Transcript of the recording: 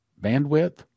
bandwidth